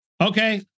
Okay